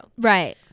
Right